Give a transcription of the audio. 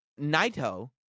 Naito